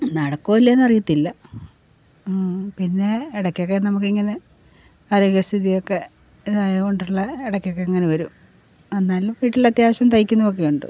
നടക്കോയില്ലേന്ന് അറിയത്തില്ല പിന്നെ ഇടക്കൊക്കെ നമുക്കിങ്ങനെ ആരോഗ്യ സ്ഥിതിയൊക്കെ ഇതായി കൊണ്ടുള്ള ഇടക്കൊക്കെ ഇങ്ങനെ വരും എന്നാലും വീട്ടിൽ അത്യാവശ്യം തയ്ക്കുന്നൊക്കെയുണ്ട്